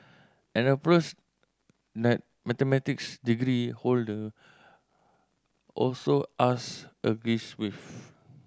an approach that mathematics degree holder also asked agrees with